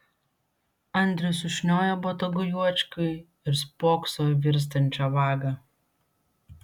andrius sušnioja botagu juočkiui ir spokso į virstančią vagą